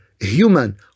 human